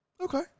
Okay